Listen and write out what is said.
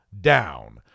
down